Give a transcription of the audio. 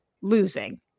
losing